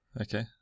Okay